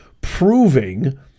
proving